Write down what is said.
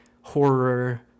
horror